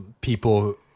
people